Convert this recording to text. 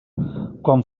quan